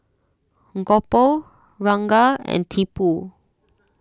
Gopal Ranga and Tipu